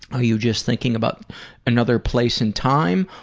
are you just thinking about another place in time?